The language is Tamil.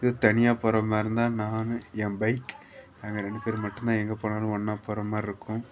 இது தனியாக போகிற மாதிரி இருந்தால் நான் என் பைக் நாங்கள் ரெண்டு பேர் மட்டும்தான் எங்கே போனாலும் ஒன்றா போகிற மாதிரி இருக்கும்